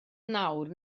nawr